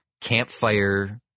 campfire